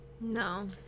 No